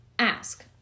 ask